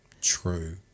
True